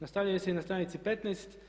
Nastavljaju se i na stranici 15.